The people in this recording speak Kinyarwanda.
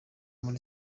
muri